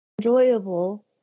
enjoyable